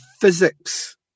physics